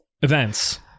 events